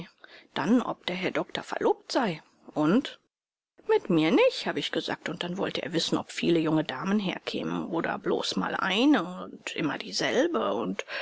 dann ob der herr doktor verlobt sei und mit mir nich habe ich gesagt und dann wollte er wissen ob viele junge damen herkämen oder bloß mal eine und immer dieselbe und